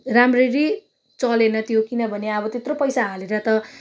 राम्ररी चलेन त्यो किनभने अब त्यत्रो पैसा हालेर त